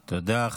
תודה.